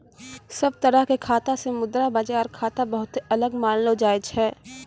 सब तरह के खाता से मुद्रा बाजार खाता बहुते अलग मानलो जाय छै